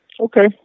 Okay